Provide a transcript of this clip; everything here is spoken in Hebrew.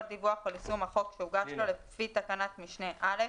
דיווח על יישום החוק שהוגש לו לפי תקנת משנה (א),